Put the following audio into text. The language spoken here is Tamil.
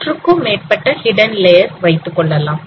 நூற்றுக்கும் மேற்பட்ட ஹிடன் லேயர்ஸ் வைத்துக்கொள்ளலாம்